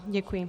Děkuji.